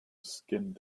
skinned